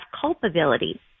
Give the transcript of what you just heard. culpability